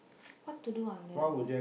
what to do Anand